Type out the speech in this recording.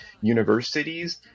universities